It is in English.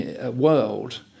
world